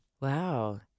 Wow